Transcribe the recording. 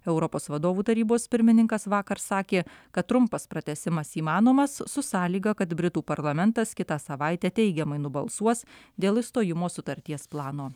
europos vadovų tarybos pirmininkas vakar sakė kad trumpas pratęsimas įmanomas su sąlyga kad britų parlamentas kitą savaitę teigiamai nubalsuos dėl išstojimo sutarties plano